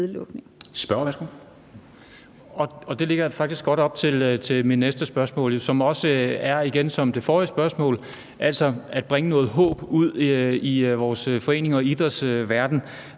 Stén Knuth (V): Det lægger faktisk godt op til mit næste spørgsmål, som jo igen – ligesom det forrige spørgsmål – handler om at bringe noget håb ud i vores foreninger og idrætsverden.